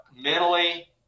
Mentally